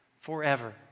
forever